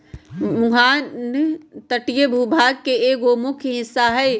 मुहाना तटीय भूभाग के एगो मुख्य हिस्सा हई